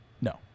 No